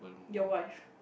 to your wife